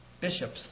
bishops